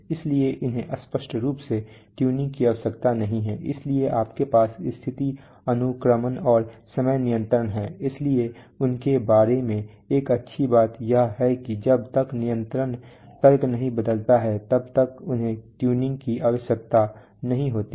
इसलिए उन्हें स्पष्ट रूप से ट्यूनिंग की आवश्यकता नहीं हैं इसलिए आपके पास स्थिति अनुक्रमण और समय नियंत्रण है इसलिए उनके बारे में एक अच्छी बात यह है कि जब तक नियंत्रण तर्क नहीं बदलता है तब तक उन्हें ट्यूनिंग की आवश्यकता नहीं होती है